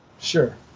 Sure